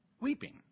weeping